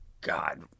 God